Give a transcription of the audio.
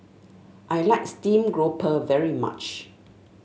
I like Steamed Grouper very much